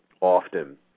often